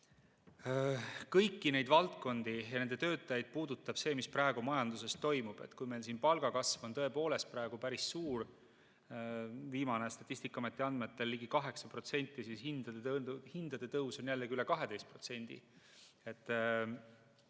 Kõiki neid valdkondi ja nende töötajaid puudutab see, mis praegu majanduses toimub. Kui meil palgakasv on tõepoolest praegu päris suur, Statistikaameti viimastel andmetel ligi 8%, siis hindade tõus on jällegi üle 12%.